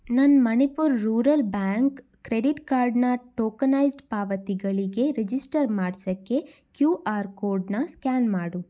ನನ್ನ Manipur rural bank credit ಕಾರ್ಡ್ನ tokenised ಪಾವತಿಗಳಿಗೆ ರಿಜಿಸ್ಟರ್ ಮಾಡ್ಸಕ್ಕೆ ಕ್ಯೂ ಆರ್ ಕೋಡ್ನ ಸ್ಕ್ಯಾನ್ ಮಾಡು